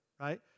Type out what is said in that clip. right